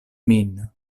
min